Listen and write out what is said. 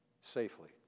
safely